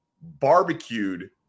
barbecued